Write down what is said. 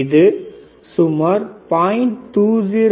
இது சுமார் 0